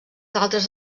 altres